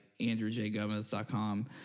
andrewjgomez.com